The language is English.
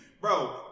bro